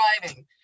driving